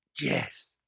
Yes